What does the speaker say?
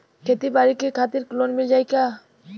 खेती बाडी के खातिर लोन मिल जाई किना?